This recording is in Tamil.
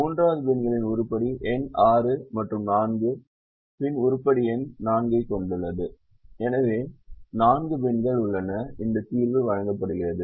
மூன்றாவது பின்களில் உருப்படி எண் 6 மற்றும் 4 வது பின் உருப்படி எண் 4 ஐ கொண்டுள்ளது எனவே 4 பின்கள் உள்ளன இந்த தீர்வு வழங்கப்படுகிறது